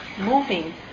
moving